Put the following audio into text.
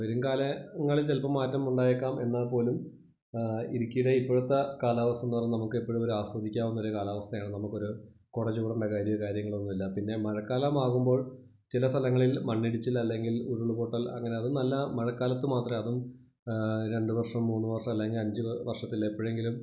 വരും കാലങ്ങളില് ചിലപ്പം മാറ്റം ഉണ്ടായേക്കാം എന്നാല് പോലും ഇടുക്കിയുടെ ഇപ്പോഴത്തെ കാലാവസ്ഥ എന്ന് പറയുന്നത് നമുക്ക് എപ്പോഴും ഒരു ആസ്വദിക്കാവുന്ന ഒരു കാലാവസ്ഥയാണ് നമുക്ക് ഒരു കുട ചൂടേണ്ട കാര്യമോ കാര്യങ്ങളോ ഒന്നും ഇല്ല പിന്നെ മഴക്കാലം ആകുമ്പോള് ചില സ്ഥലങ്ങളില് മണ്ണിടിച്ചില് അല്ലെങ്കില് ഉരുൾ പൊട്ടല് അങ്ങനെ അതും നല്ല മഴക്കാലത്ത് മാത്രമേ അതും രണ്ട് വര്ഷം മൂന്ന് വര്ഷം അല്ലെങ്കിൽ അഞ്ച് വര്ഷത്തിൽ എപ്പോഴെങ്കിലും